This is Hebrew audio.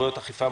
(סמכויות אכיפה,